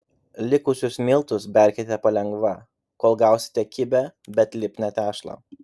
likusius miltus berkite palengva kol gausite kibią bet lipnią tešlą